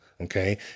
Okay